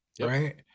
right